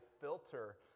filter